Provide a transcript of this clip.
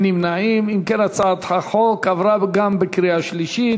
אם כן, הצעת החוק עברה גם בקריאה שלישית.